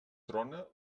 trona